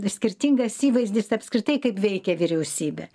skirtingas įvaizdis apskritai kaip veikia vyriausybė